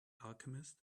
alchemist